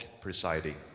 presiding